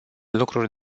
lucruri